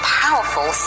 powerful